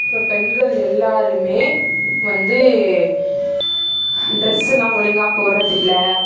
இப்போ பெண்கள் எல்லோருமே வந்து ட்ரெஸ்ஸுலாம் ஒழுங்காக போடுறதில்ல